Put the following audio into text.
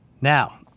now